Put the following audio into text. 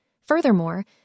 Furthermore